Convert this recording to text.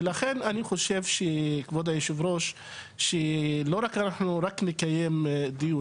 לכן, אני מקווה שאנחנו לא רק נקיים דיון.